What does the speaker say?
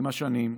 עם השנים,